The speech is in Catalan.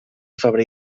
febrer